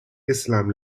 islam